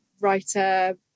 writer